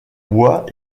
bois